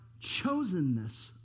chosenness